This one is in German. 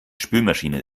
spülmaschine